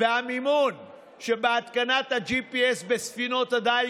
והמימון של התקנת ה-GPS בספינות הדיג,